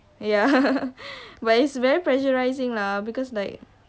ya but it's very pressurizing lah because like